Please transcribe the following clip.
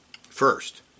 First